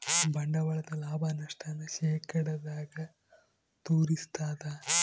ಬಂಡವಾಳದ ಲಾಭ, ನಷ್ಟ ನ ಶೇಕಡದಾಗ ತೋರಿಸ್ತಾದ